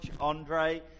Andre